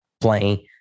playing